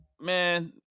man